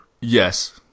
Yes